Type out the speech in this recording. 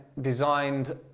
designed